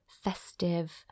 festive